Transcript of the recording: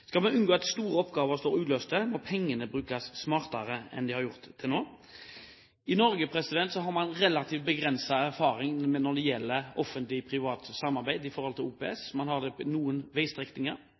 Skal vi unngå at store oppgaver står uløste, må pengene brukes smartere enn det har vært gjort til nå. I Norge har man relativt begrenset erfaring når det gjelder Offentlig Privat Samarbeid.